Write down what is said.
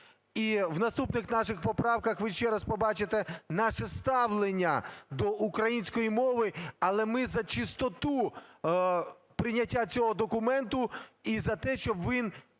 в наступних наших поправках ви ще раз побачите наше ставлення до української мови, але ми за чистоту прийняття цього документу і за те, щоб він